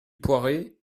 poiré